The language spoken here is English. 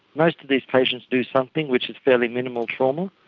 most of these patients do something which is fairly minimal trauma,